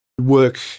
work